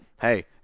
hey